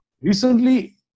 Recently